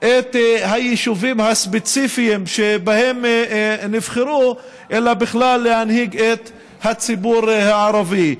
את היישובים הספציפיים שבהם נבחרו אלא בכלל להנהיג את הציבור הערבי.